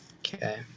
Okay